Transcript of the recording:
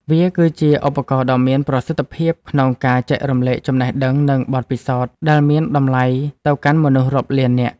វាគឺជាឧបករណ៍ដ៏មានប្រសិទ្ធភាពក្នុងការចែករំលែកចំណេះដឹង និងបទពិសោធន៍ដែលមានតម្លៃទៅកាន់មនុស្សរាប់លាននាក់។